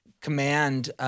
command